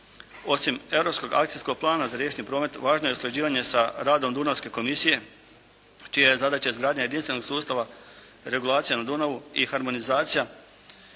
Osim Europskog akcijskog plana za riječni promet, važno je usklađivanje sa radom Dunavske komisije čija je zadaća izgradnja jedinstvenog sustava regulacije na Dunavu i harmonizacija,